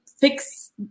fix